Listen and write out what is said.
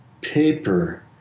paper